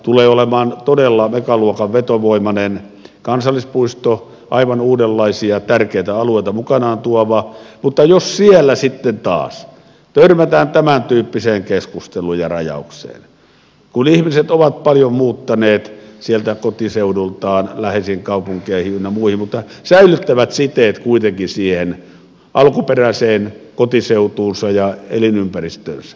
tulee olemaan todella megaluokan vetovoimainen kansallispuisto aivan uudenlaisia tärkeitä alueita mukanaan tuova mutta siellä sitten taas törmätään tämäntyyppiseen keskusteluun ja rajaukseen kun ihmiset ovat paljon muuttaneet sieltä kotiseudultaan läheisiin kaupunkeihin ynnä muihin mutta säilyttävät siteet kuitenkin siihen alkuperäiseen kotiseutuunsa ja elinympäristöönsä